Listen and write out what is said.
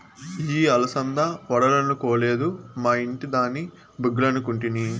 ఇయ్యి అలసంద వడలనుకొలేదు, మా ఇంటి దాని బుగ్గలనుకుంటిని